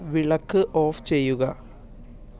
വിളക്ക് ഓഫ് ചെയ്യുക